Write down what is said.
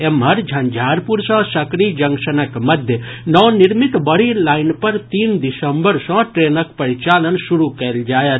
एम्हर झंझारपुर सँ सकरी जंक्शनक मध्य नवनिर्मित बड़ी लाईन पर तीन दिसंबर सँ ट्रेनक परिचालन शुरू कयल जायत